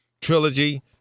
trilogy